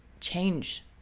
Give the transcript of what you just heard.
change